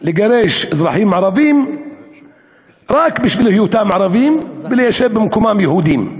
לגרש אזרחים ערבים רק בשל היותם ערבים וליישב במקומם יהודים.